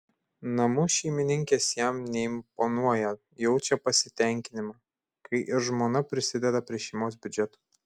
namų šeimininkės jam neimponuoja jaučia pasitenkinimą kai ir žmona prisideda prie šeimos biudžeto